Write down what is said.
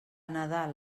nadal